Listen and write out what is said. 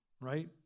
right